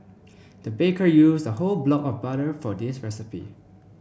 the baker used a whole block of butter for this recipe